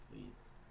please